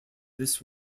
this